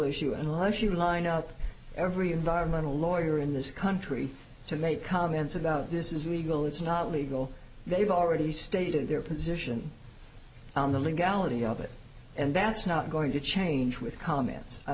issue unless you line up every environmental lawyer in this country to make comments about this is legal it's not legal they've already stated their position on the legality of it and that's not going to change with comments i